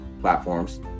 platforms